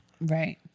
right